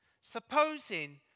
Supposing